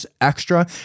extra